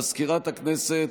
מזכירת הכנסת,